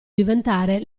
diventare